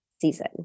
season